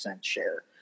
share